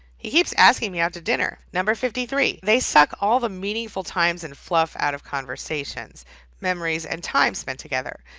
he keeps asking me out to dinner. number fifty three, they suck all the meaningful times and fluff out of conversations memories and time spent together.